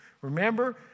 Remember